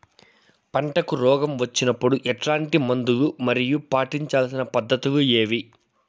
పంటకు రోగం వచ్చినప్పుడు ఎట్లాంటి మందులు మరియు పాటించాల్సిన పద్ధతులు ఏవి?